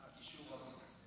הקישור עמוס.